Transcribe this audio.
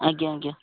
ଆଜ୍ଞା ଆଜ୍ଞା